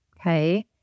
Okay